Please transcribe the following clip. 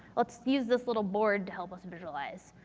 let's use this little board to help us visualize.